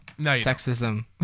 sexism